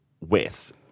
West